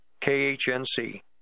KHNC